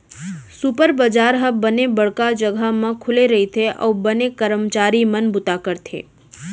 super बजार ह बने बड़का जघा म खुले रइथे अउ बने करमचारी मन बूता करथे